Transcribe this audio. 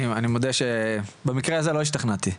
אני מודה שבמקרה הזה לא השתכנעתי.